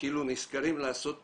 כאילו נזכרים לעשות תכנית,